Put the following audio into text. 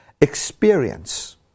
Experience